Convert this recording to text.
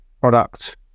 product